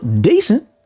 decent